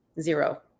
Zero